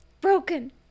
Broken